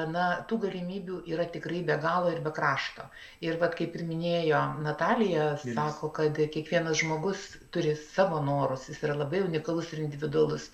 gana tų galimybių yra tikrai be galo ir be krašto ir vat kaip ir minėjo natalija sako kad kiekvienas žmogus turi savo norus jis yra labai unikalus ir individualus